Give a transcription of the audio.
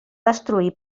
destruir